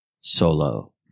Solo